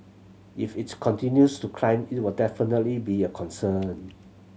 if it continues to climb it will definitely be a concern